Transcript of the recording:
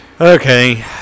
okay